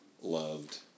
loved